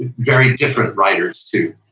very different writers too.